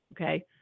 Okay